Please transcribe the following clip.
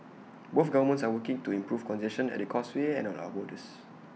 both governments are working to improve congestion at the causeway and at our borders